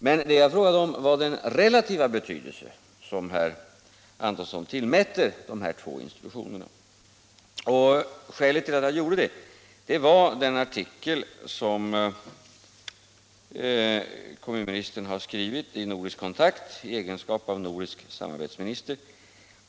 Men vad jag frågade om var den relativa betydelse som herr Antonsson tillmäter de här två institutionerna, och skälet till att jag gjorde det var den artikel som kommunministern skrivit i Nordisk kontakt i sin egenskap av nordisk samarbetsminister.